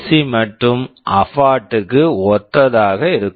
C SVC மற்றும் abort abort க்கு ஒத்ததாக இருக்கும்